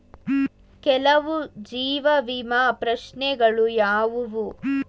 ಕೆಲವು ಜೀವ ವಿಮಾ ಪ್ರಶ್ನೆಗಳು ಯಾವುವು?